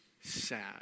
sad